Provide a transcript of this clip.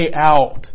out